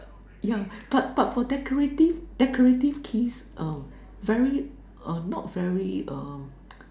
yeah but but for decorative decorative keys uh very uh not very uh